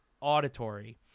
auditory